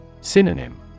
Synonym